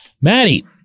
Maddie